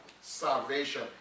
salvation